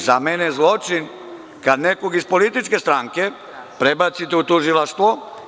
Za mene je zločin kada nekoga iz političke stranke prebacite u tužilaštvo.